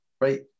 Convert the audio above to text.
Right